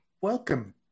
welcome